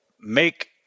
make